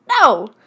No